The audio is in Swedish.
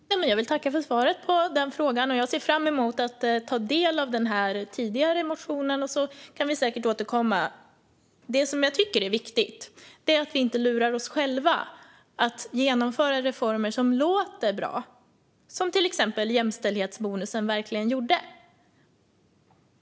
Fru talman! Jag vill tacka ledamoten för svaret för den frågan. Jag ser fram emot att ta del av den tidigare motionen, så kan vi säkert återkomma. Jag tycker att det är viktigt att vi inte lurar oss själva att genomföra reformer som låter bra, vilket till exempel jämställdhetsbonusen verkligen gjorde.